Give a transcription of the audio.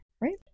right